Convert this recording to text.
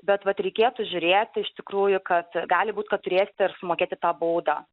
bet vat reikėtų žiūrėti iš tikrųjų kad gali būti kad turėsite ir sumokėti tą baudą